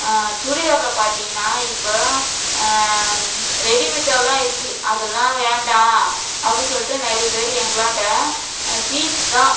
சுடிதாரில் பார்த்தீங்கன்னா இப்போ ரெடிமேட்டாகலாம் இருக்கு அதெல்லாம் வேண்டாம் அப்படின்னு சொல்லிட்டு நிறைய பேர் எங்களாண்ட பீஸ் தான்